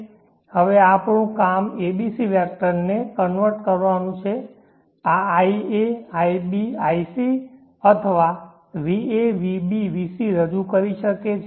હવે આપણું કામ abc વેક્ટર્સને કન્વર્ટ કરવાનું છે આ ia ib ic અથવા va vb vc રજૂ કરી શકે છે